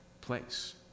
place